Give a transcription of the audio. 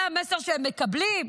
זה המסר שהם מקבלים,